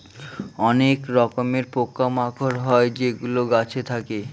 অনেক রকমের পোকা মাকড় হয় যেগুলো গাছে থাকে